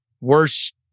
worst